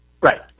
Right